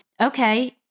okay